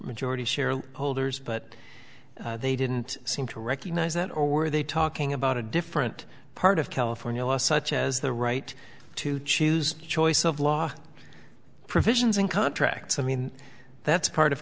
majority share holders but they didn't seem to recognize that or were they talking about a different part of california law such as the right to choose choice of law provisions and contracts i mean that's part of